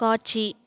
காட்சி